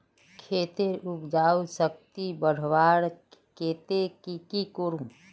खेतेर उपजाऊ शक्ति बढ़वार केते की की करूम?